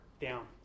down